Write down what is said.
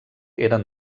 eren